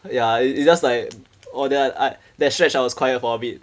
ya it it just like oh then I I that stretch I was quiet for a bit